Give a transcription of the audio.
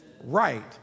right